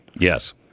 yes